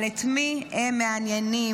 אבל את מי הם מעניינים.